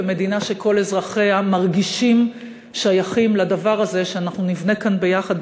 ומדינה שכל אזרחיה מרגישים שייכים לדבר הזה שאנחנו נבנה כאן יחד,